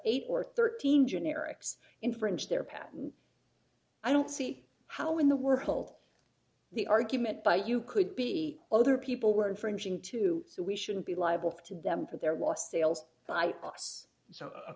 eight or thirteen generics infringe their patent i don't see how in the world the argument by you could be other people were infringing too so we shouldn't be liable to them for their lost sales b